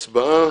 זה להצבעה.